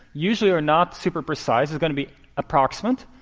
usually, you're not super precise. it's going to be approximate.